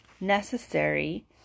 necessary